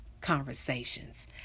conversations